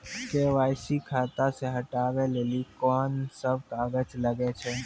KYC खाता से हटाबै लेली कोंन सब कागज लगे छै?